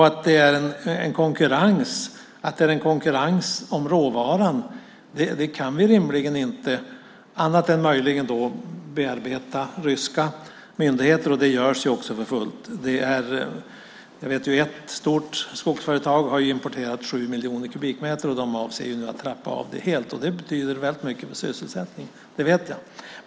Att det är en konkurrens om råvaran kan vi rimligen inte göra något åt annat än att möjligen bearbeta ryska myndigheter. Det görs också för fullt. Jag vet att ett stort skogsföretag har importerat 7 miljoner kubikmeter. De avser att trappa av detta helt, och det betyder väldigt mycket för sysselsättningen - det vet jag.